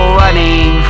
running